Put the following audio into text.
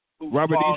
Robert